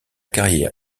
carrière